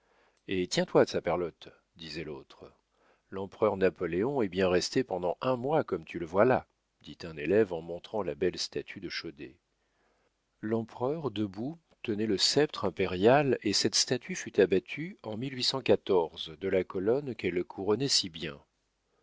eh tiens-toi saperlotte disait l'autre l'empereur napoléon est bien resté pendant un mois comme tu le vois là dit un élève en montrant la belle statue de chaudet l'empereur debout tenait le sceptre impérial et cette statue fut abattue en de la colonne qu'elle couronnait si bien